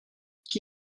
qui